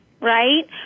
right